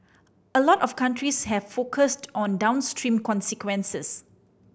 a lot of countries have focused on downstream consequences